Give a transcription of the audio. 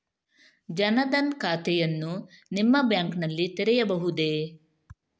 ಜನ ದನ್ ಖಾತೆಯನ್ನು ನಿಮ್ಮ ಬ್ಯಾಂಕ್ ನಲ್ಲಿ ತೆರೆಯಬಹುದೇ?